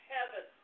Heaven